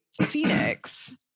Phoenix